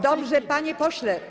Dobrze, panie pośle.